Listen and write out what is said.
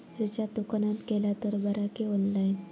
Recharge दुकानात केला तर बरा की ऑनलाइन?